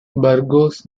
burgos